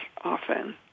often